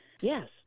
yes